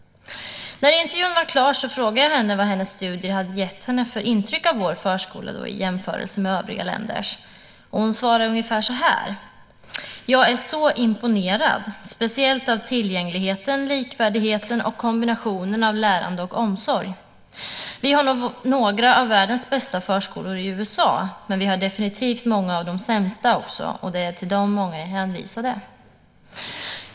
När intervjun var klar frågade jag henne vad hennes studier hade gett för intryck av vår förskola i jämförelse med övriga länders. Hon svarade ungefär så här: Jag är så imponerad, speciellt av tillgängligheten, likvärdigheten och kombinationen av lärande och omsorg. Vi har några av världen bästa förskolor i USA, men vi har definitivt också några av de sämsta, och det är till dem många är hänvisade.